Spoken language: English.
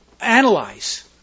Analyze